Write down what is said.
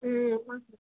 ம் ஆமாம் சார்